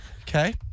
Okay